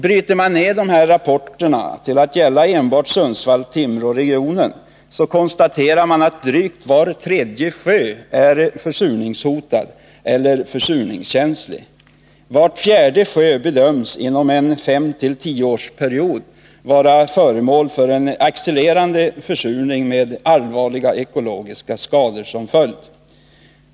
Bryter man ned rapporterna till att gälla enbart Sundsvall-Timrå-regionen, kan man konstatera att drygt var tredje sjö är försurningshotad eller försurningskänslig. Var fjärde sjö bedöms vara utsatt för en accelererande försurning inom en period på fem till tio år med allvarliga ekologiska skador som följd.